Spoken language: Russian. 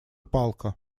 палка